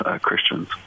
Christians